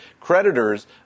creditors